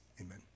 Amen